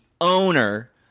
owner